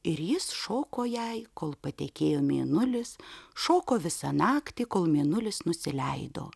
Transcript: ir jis šoko jai kol patekėjo mėnulis šoko visą naktį kol mėnulis nusileido